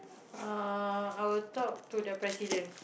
uh I'll talk to the president